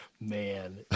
Man